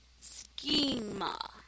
schema